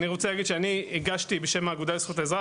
אני רוצה להגיד שאני הגשתי בשם האגודה לזכויות האזרח